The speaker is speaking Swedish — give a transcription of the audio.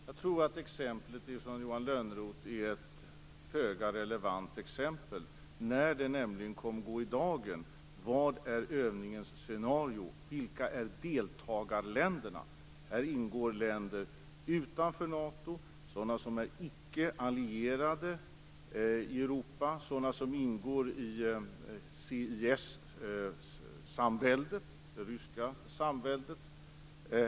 Herr talman! Jag tror Johan Lönnroths exempel kommer att visa sig föga relevant när det kommer i dagen vad som är övningens scenario och vilka deltagarländerna är. Här ingår länder utanför NATO, sådana som är icke-allierade i Europa och sådana som ingår i CIS-samväldet, dvs. det ryska samväldet.